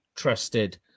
Trusted